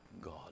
God